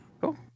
cool